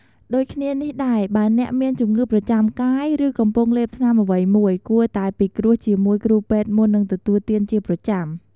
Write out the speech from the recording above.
ដូចគ្នានេះដែរ បើអ្នកមានជំងឺប្រចាំកាយ ឬកំពុងលេបថ្នាំអ្វីមួយ គួរតែពិគ្រោះជាមួយគ្រូពេទ្យមុននឹងទទួលទានជាប្រចាំ។